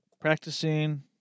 practicing